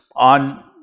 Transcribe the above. on